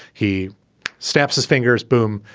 he snaps his fingers. boom,